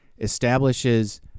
establishes